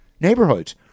neighborhoods